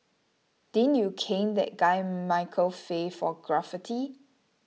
didn't you cane that guy Michael Fay for graffiti